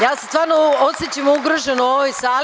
Ja se stvarno osećam ugroženom u ovoj sali.